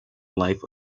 life